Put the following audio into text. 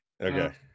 okay